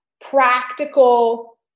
practical